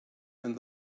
and